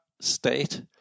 state